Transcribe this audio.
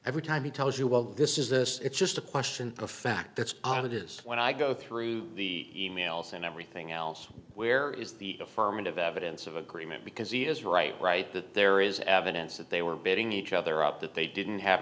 every time he tells you well this is this it's just a question of fact that's all it is when i go through the e mails and everything else where is the affirmative evidence of agreement because he is right right that there is evidence that they were beating each other up that they didn't have